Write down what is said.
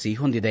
C ಹೊಂದಿದೆ